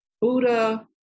Buddha